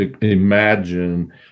imagine